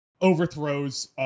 overthrows